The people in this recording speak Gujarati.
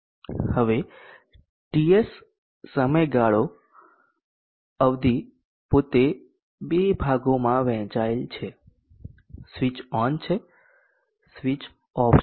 હવે TS સમયગાળોઅવધિ પોતે બે ભાગોમાં વહેંચાયેલ છે સ્વીચ ઓન છે અને સ્વીચ ઓફ છે